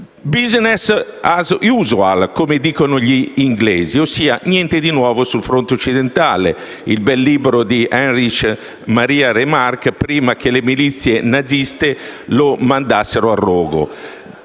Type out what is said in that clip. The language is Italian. *business as usual*, come dicono i britannici, ossia: «Niente di nuovo sul fronte occidentale», il bel libro di Erich Maria Remarque, prima che le milizie naziste lo mandassero al rogo.